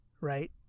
right